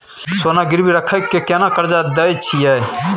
सोना गिरवी रखि के केना कर्जा दै छियै?